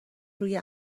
روی